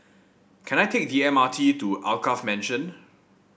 can I take the M R T to Alkaff Mansion